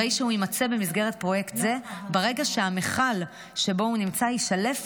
הרי שהוא ימצא במסגרת פרויקט זה ברגע שהמכל שבו הוא נמצא יישלף